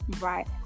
Right